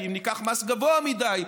כי אם ניקח מס גבוה מדי,